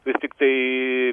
vis tiktai